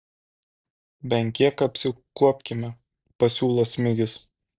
bent kiek apsikuopkime pasiūlo smigis